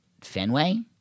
Fenway